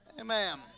amen